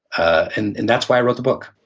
and and that's why i wrote the book.